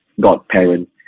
godparent